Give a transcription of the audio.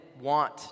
want